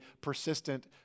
persistent